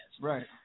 Right